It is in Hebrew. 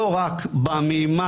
לא רק בממד,